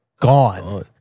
gone